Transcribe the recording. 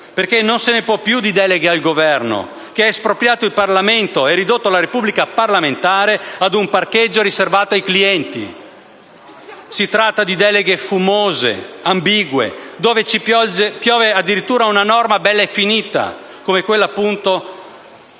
perché non se ne può più di deleghe al Governo che ha espropriato il Parlamento e ridotto la Repubblica parlamentare ad un parcheggio riservato ai clienti. Si tratta di deleghe fumose, ambigue, su cui finisce addirittura una norma bella e finita, come quella che